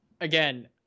again